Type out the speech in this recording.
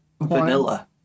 vanilla